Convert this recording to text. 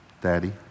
Daddy